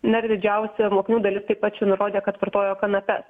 na ir didžiausia mokinių dalis taip pat čia nurodė kad vartojo kanapes